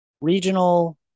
regional